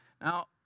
Now